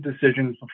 decisions